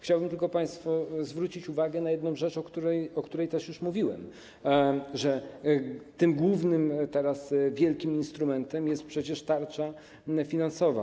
Chciałbym tylko państwu zwrócić uwagę na jedną rzecz, o której też już mówiłem: teraz tym głównym, wielkim instrumentem jest przecież tarcza finansowa.